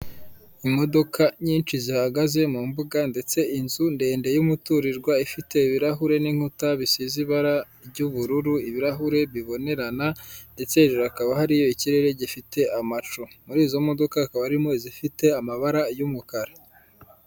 Imodoka nyinshi zihagaze mu mbuga ndetse inzu ndende y'umuturirwa ifite ibirahure n'inkuta bisize ibara ry'ubururu ibirahure bibonerana, ndetse hejuru hakaba hariyo ikirere gifite amacu, muri izo modoka hakaba harimo izifite amabara y'umukara.